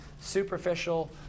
superficial